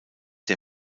der